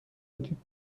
بودیم